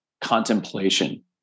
contemplation